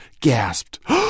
gasped